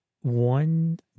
one